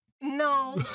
No